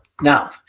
Now